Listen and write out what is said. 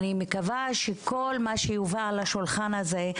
אני מקווה שכל מה שהובא לשולחן הזה,